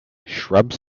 shrubs